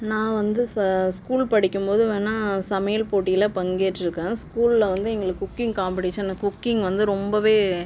நான் வந்து ச ஸ்கூல் படிக்கும்போது வேணா சமையல் போட்டியில் பங்கேற்றுகேன் ஸ்கூலில் வந்து எங்களுக்கு குக்கிங் காம்பிடிஷன்னு குக்கிங் வந்து ரொம்பவே